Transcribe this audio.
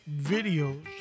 videos